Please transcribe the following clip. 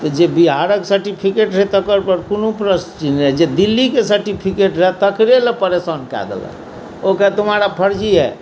तऽ जे बिहारक सर्टिफिकेट रहै तकरपर कोनो प्रश्न चिन्ह नहि जे दिल्लीके सर्टिफिकेट रहै तकरे लए परेशान कऽ देलक ओ कहै तुम्हारा फर्जी है